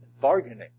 Bargaining